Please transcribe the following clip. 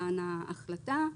מתן ההמלצה ומתן ההחלטה.